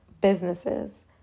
businesses